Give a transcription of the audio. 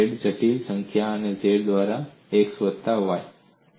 અને z એક જટિલ સંખ્યા છે z બરાબર x વત્તા i y